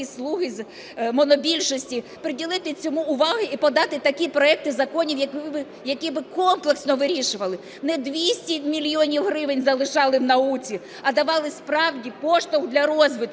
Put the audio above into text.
"слуг" із монобільшості приділити цьому вагу і подати такі проекти законів, які би комплексно вирішували. Не 200 мільйонів гривень залишали в науці, а давали справді поштовх для розвитку.